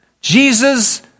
Jesus